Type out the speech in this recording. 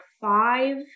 five